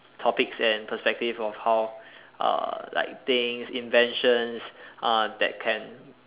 topics and perspective of how uh like things inventions uh that can